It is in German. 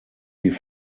die